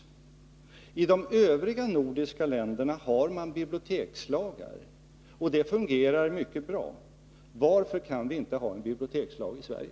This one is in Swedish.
I de övriga nordiska länderna har man bibliotekslagar, och de fungerar mycket bra. Varför kan vi inte ha en bibliotekslag i Sverige?